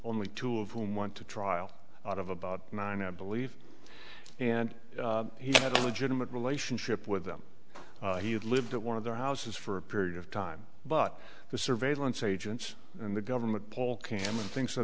only two of whom went to trial out of about nine i believe and he had a legitimate relationship with them he had lived at one of their houses for a period of time but the surveillance agents and the government paul cam and things